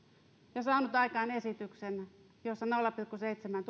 ja saanut aikaan esityksen jossa nolla pilkku seitsemän